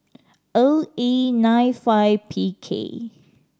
O E nine five P K